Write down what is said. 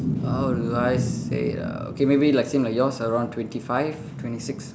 how do I say uh okay maybe like same like yours around twenty five twenty six